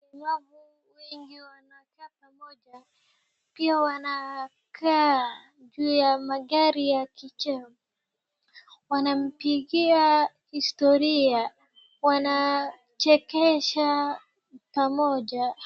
Watu wengi wanakaa pamoja , pia wanakaa juu ya magari ya kicheo wanampigia historia wanachekesha pamoja